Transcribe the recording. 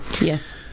Yes